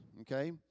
Okay